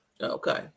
Okay